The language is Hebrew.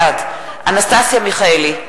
בעד אנסטסיה מיכאלי,